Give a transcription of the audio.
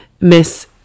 Miss